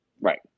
Right